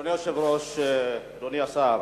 אדוני היושב-ראש, אדוני השר,